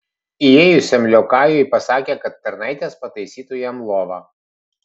įėjusiam liokajui pasakė kad tarnaitės pataisytų jam lovą